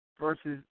versus